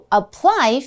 apply